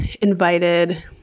invited